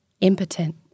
impotent